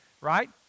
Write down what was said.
right